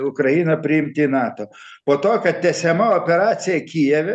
ukrainą priimti į nato po to kad tęsiama operacija kijeve